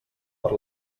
per